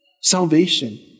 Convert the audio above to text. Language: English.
Salvation